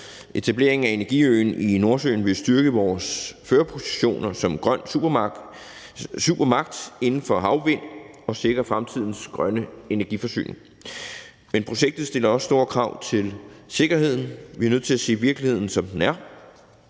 Etableringen af energiøen i Nordsøen vil styrke vores førerposition som grøn supermagt inden for havvind og sikre fremtidens grønne energiforsyning. Men projektet stiller også store krav til sikkerheden. Vi er nødt til at se virkeligheden, som den er.